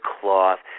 cloth